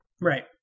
Right